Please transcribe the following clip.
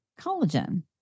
collagen